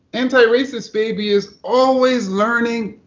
antiracist baby is always learning,